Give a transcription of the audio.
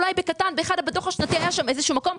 אולי בקטן, בדוח השנתי זה היה באיזשהו מקום.